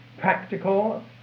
practical